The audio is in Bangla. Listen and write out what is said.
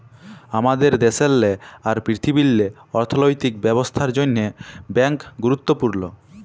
আমাদের দ্যাশেল্লে আর পীরথিবীল্লে অথ্থলৈতিক ব্যবস্থার জ্যনহে ব্যাংক গুরুত্তপুর্ল